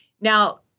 Now